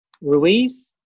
Ruiz